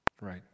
Right